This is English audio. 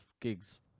gigs